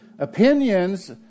opinions